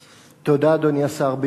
תודה, אדוני השר.